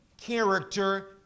character